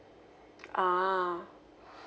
ah